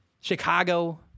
Chicago